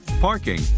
parking